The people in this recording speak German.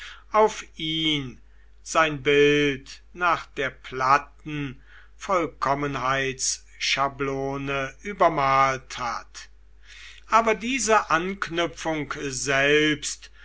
auf ihn sein bild nach der platten vollkommenheitsschablone übermalt hat aber diese anknüpfung selbst